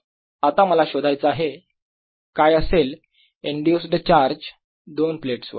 आता मला शोधायचा आहे काय असेल इंड्यूस्ड चार्ज दोन प्लेट्स वर